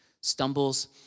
Stumbles